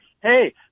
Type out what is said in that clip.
hey